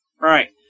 Right